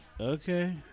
okay